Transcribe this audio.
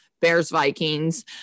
Bears-Vikings